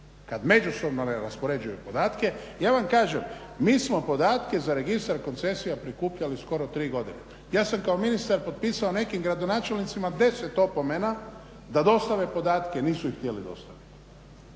kad međusobno ne raspoređuje podatke. Ja vam kažem, mi smo podatke za registar koncesija prikupljali skoro 3 godine. Ja sam kao ministar potpisao nekim gradonačelnicima 10 opomena da dostave podatke, nisu ih htjeli dostaviti.